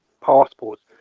passports